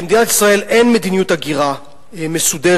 במדינת ישראל אין מדיניות הגירה מסודרת,